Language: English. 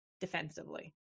defensively